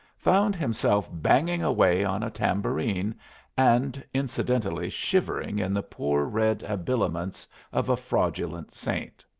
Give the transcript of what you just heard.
found himself banging away on a tambourine and incidentally shivering in the poor red habiliments of a fraudulent saint.